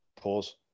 pause